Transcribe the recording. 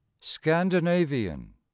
Scandinavian